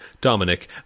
Dominic